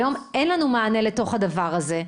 היום אין לנו מענה לדבר הזה,